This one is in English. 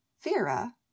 Vera